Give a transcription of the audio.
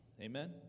amen